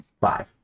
Five